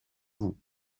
vous